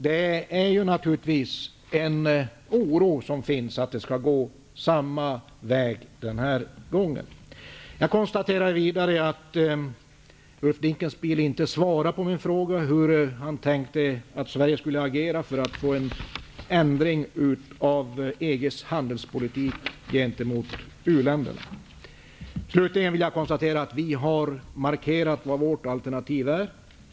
Det finns naturligtvis en oro att det skall gå samma väg den här gången. Vidare konstaterar jag att Ulf Dinkelspiel inte svarar på min fråga om hur han tänkte att Sverige skulle agera för att få en ändring av EG:s handelspolitik gentemot u-länderna. Slutligen vill jag konstatera att vi har markerat vad vårt alternativ är.